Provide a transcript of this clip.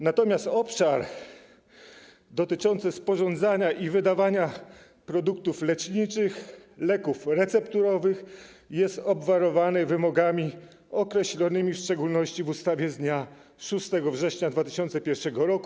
Natomiast obszar dotyczący sporządzania i wydawania produktów leczniczych, leków recepturowych jest obwarowany wymogami określonymi w szczególności w ustawie z dnia 6 września 2001 r.